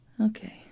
Okay